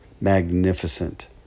magnificent